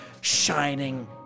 shining